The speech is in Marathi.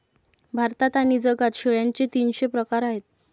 भारतात आणि जगात शेळ्यांचे तीनशे प्रकार आहेत